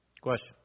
Question